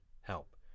help